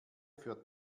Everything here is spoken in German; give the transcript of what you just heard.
für